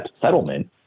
settlement